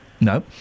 No